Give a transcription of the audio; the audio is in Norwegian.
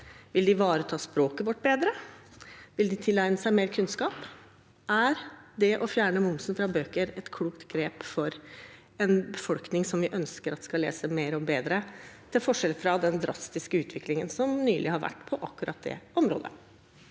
Vil de ivareta språket vårt bedre? Vil de tilegne seg mer kunnskap? Er det å fjerne momsfritaket for bøker et klokt grep for en befolkning som vi ønsker skal lese mer og bedre? Vil det utgjøre en forskjell med tanke på den drastiske utviklingen som nylig har vært på akkurat det området?